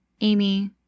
Amy